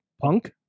Punk